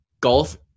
golf